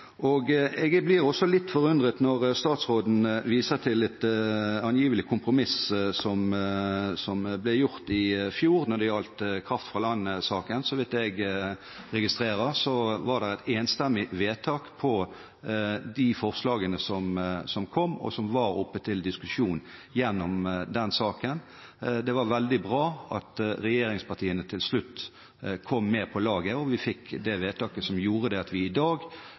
veien. Jeg blir også litt forundret når statsråden viser til et angivelig kompromiss som ble gjort i fjor når det gjaldt kraft-fra-land-saken. Så vidt jeg har registrert, var det et enstemmig vedtak på de forslagene som kom, og som var oppe til diskusjon i den saken. Det var veldig bra at regjeringspartiene til slutt kom med på laget og vi fikk det vedtaket som gjorde at vi i dag